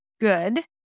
good